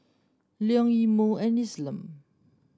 Leon Imo and Isom